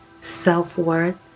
self-worth